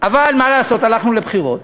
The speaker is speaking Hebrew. אבל מה לעשות, הלכנו לבחירות.